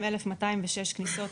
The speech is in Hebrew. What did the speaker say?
22,206 כניסות